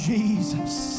Jesus